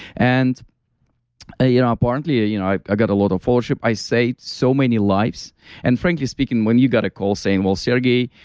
and yeah apparently you know i ah got a lot of followership. i saved so many lives and, frankly speaking, when you got a call saying, well, sergey,